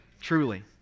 truly